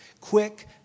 Quick